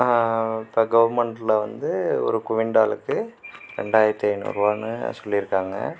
இப்போ கவர்ன்மெண்ட்ல வந்து ஒரு குவிண்டாலுக்கு ரெண்டாயிரத்தி ஐநூறுபானு சொல்லியிருக்காங்க